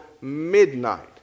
midnight